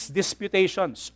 disputations